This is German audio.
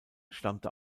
stammte